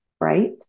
right